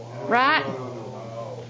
Right